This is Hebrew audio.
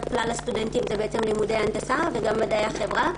כלל הסטודנטים זה לימודי הנדסה וגם מדעי החברה,